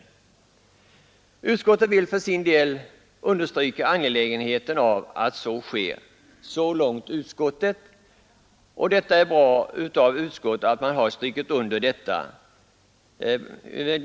Utskottet vill för sin del understryka angelägenheten av att så sker.” Det är bra att utskottet har strukit under detta.